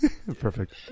perfect